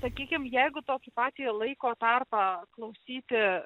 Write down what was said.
sakykim jeigu tokį patį laiko tarpą klausyti